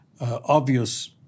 obvious